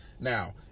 Now